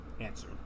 answer